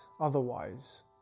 otherwise